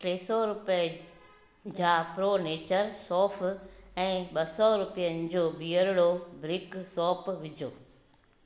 टे सौ रुपियनि जा प्रो नेचर सौंफु़ ऐं ॿ सौ रुपियनि जा बीयरडो ब्रिक सोप विझो